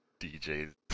DJ's